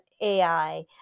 AI